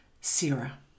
Sarah